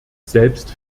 selbst